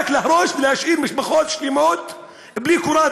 רק להרוס ולהשאיר משפחות שלמות בלי קורת גג.